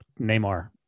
Neymar